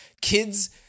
kids